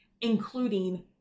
including